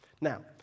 Now